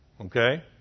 Okay